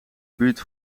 buurt